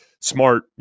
smart